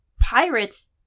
Pirates